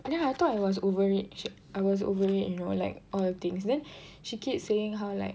then I thought I was over it I was over it you know like all the things then she keeps saying how like